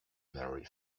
marry